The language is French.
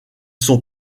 sont